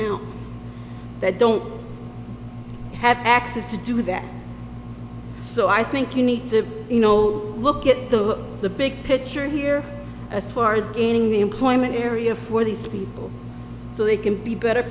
now that don't have access to do that so i think you need to you know look at the the big picture here as far as gaining the employment area for these people so they can be better